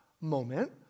moment